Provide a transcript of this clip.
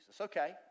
Okay